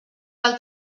del